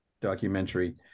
documentary